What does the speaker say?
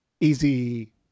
easy